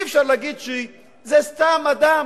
אי-אפשר להגיד שזה סתם אדם,